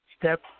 step